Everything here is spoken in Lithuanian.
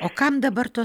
o kam dabar tos